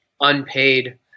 unpaid